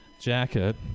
jacket